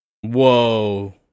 whoa